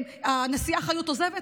הנשיאה חיות עוזבת.